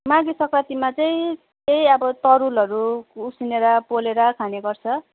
माघे सङ्क्रान्तिमा चाहिँ त्यही अब तरुलहरू उसिनेर पोलेर खाने गर्छ